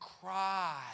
cry